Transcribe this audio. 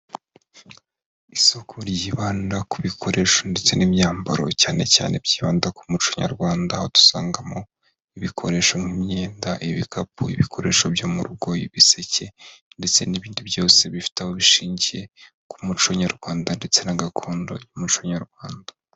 Isoko ryibanda ku bikoresho ndetse n'imyambaro cyane cyane byibanda ku muco nyarwanda, aho dusangamo ibikoresho nk'imyenda, ibikapu, ibikoresho byo mu rugo, ibiseke ndetse n'ibindi byose bifite aho bishingiye ku muco nyarwanda ndetse na gakondo y'umuco nyarwanda.